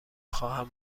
خواهم